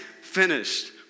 finished